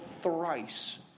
thrice